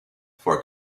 for